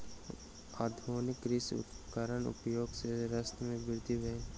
आधुनिक कृषि उपकरणक उपयोग सॅ शस्य मे वृद्धि भेल